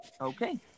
okay